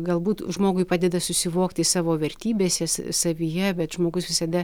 galbūt žmogui padeda susivokti savo vertybėse s savyje bet žmogus visada